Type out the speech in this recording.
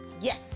Yes